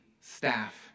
staff